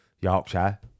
Yorkshire